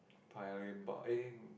Paya Lebar eh